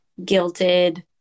guilted